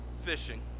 fishing